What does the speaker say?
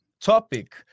topic